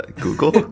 Google